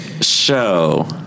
show